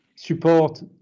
support